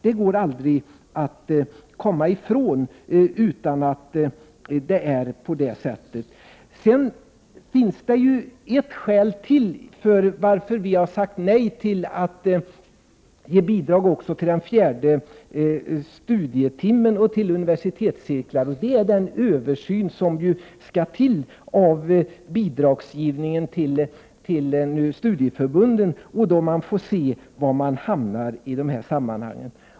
Det finns ytterligare ett skäl till att vi sagt nej till att ge bidrag också till den fjärde studietimmen och till universitetscirklar, nämligen den översyn som skall göras av bidragsgivningen till studieförbunden. Vi får se var man hamnar i de sammanhangen.